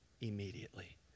immediately